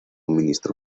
ministro